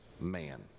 man